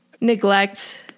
neglect